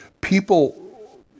people